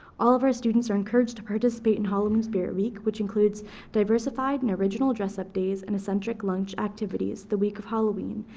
all of our students are encouraged to participate in halloween spirit week, which includes diversified and original dress-up days, and eccentric lunch activities the week of halloween,